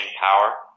power